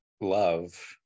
love